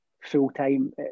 full-time